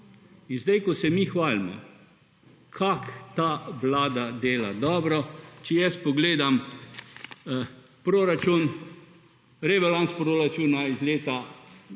ko se mi hvalimo kako ta Vlada dela dobro, če jaz pogledam proračun, rebalans proračuna iz leta 2020.